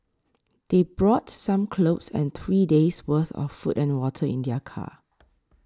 they brought some clothes and three days' worth of food and water in their car